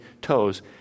toes